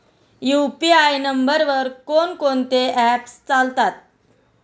UPI नंबरवर कोण कोणते ऍप्स चालतात?